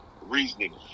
reasoning